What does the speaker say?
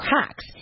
hacks